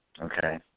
Okay